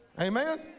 amen